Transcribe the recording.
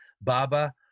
Baba